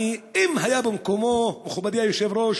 אם היה, מכובדי היושב-ראש,